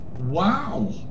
Wow